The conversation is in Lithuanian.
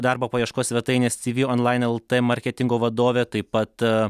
darbo paieškos svetainės civi onlain marketingo vadovė taip pat